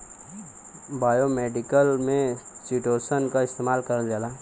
biomedical में chitosan क इस्तेमाल करल जाला